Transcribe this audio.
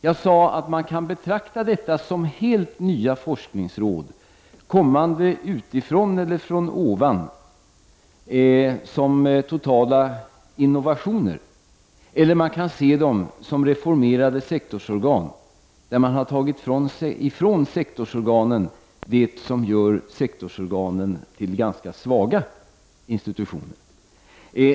Jag sade att man kan betrakta detta som helt nya forskningsråd kommande utifrån eller från ovan som totala innovationer eller också kan man se dem som reformerade sektorsorgan där man har tagit ifrån sektorsorganet det som gör dem till ganska svaga institutioner.